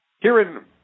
herein